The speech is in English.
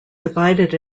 divided